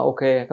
Okay